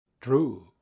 True